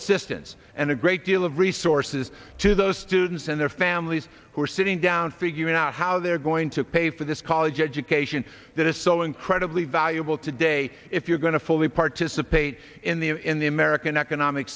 assistance and a great deal of resources to those students and their families who are sitting down figuring out how they're going to pay for this college education that is so incredibly valuable today if you're going to fully participate in the in the american economic